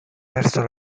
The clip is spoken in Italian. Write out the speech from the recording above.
verso